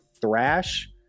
Thrash